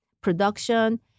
production